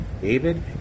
David